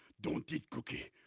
don't eat cookie,